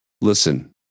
listen